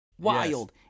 wild